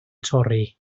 torri